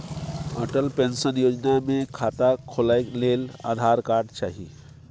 Atal pension योजना मे खाता खोलय लेल आधार कार्ड चाही